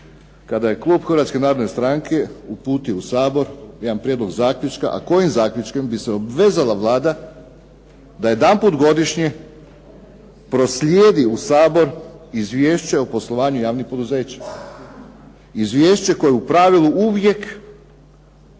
kada je klub Hrvatske narodne stranke uputio u Sabor jedan prijedlog zaključka, a kojim zaključkom bi se obvezala Vlada da jedanput godišnje proslijedi u Sabor Izvješće o poslovanju javnih poduzeća, izvješće koje u pravilu uvijek,